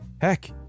Heck